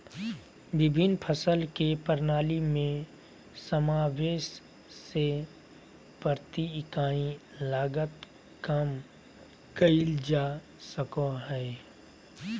विभिन्न फसल के प्रणाली में समावेष से प्रति इकाई लागत कम कइल जा सकय हइ